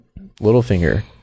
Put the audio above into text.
Littlefinger